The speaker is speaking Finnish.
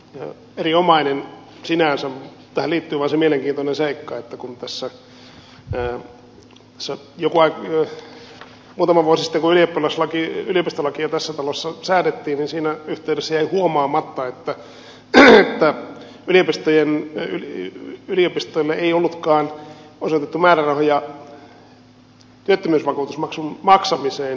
tähän liittyy vaan se mielenkiintoinen seikka että muutama vuosi sitten kun yliopistolakia tässä talossa säädettiin niin siinä yhteydessä jäi huomaamatta että yliopistoille ei ollutkaan osoitettu määrärahoja työttömyysvakuutusmaksun maksamiseen